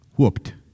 Whooped